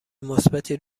مثبتی